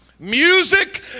Music